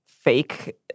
fake